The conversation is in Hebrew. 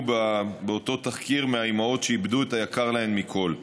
באותו תחקיר מהאימהות שאיבדו את היקר להן מכול.